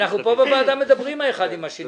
אנחנו פה בוועדה מדברים אחד עם השני,